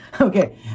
Okay